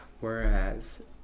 Whereas